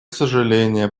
сожаление